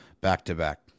back-to-back